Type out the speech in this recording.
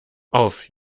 auf